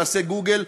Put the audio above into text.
תעשה גוגל,